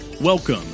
Welcome